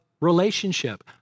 relationship